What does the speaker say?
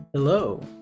Hello